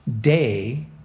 day